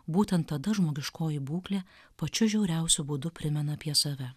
būtent tada žmogiškoji būklė pačiu žiauriausiu būdu primena apie save